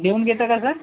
लिहून घेता का सर